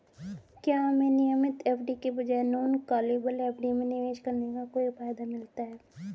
क्या हमें नियमित एफ.डी के बजाय नॉन कॉलेबल एफ.डी में निवेश करने का कोई फायदा मिलता है?